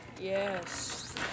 Yes